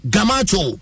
Gamacho